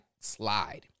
slide